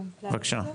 בבקשה.